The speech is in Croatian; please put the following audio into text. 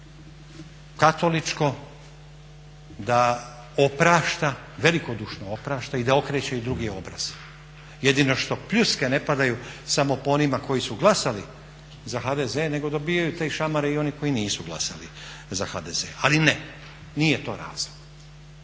katoličko da oprašta, velikodušno oprašta i da okreće i drugi obraz. Jedino što pljuske ne padaju samo po onima koji su glasali za HDZ nego dobivaju te šamare i oni koji nisu glasali za HDZ. Ali ne, nije to razlog,